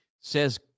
says